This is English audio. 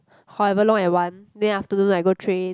however long I want then afternoon I go train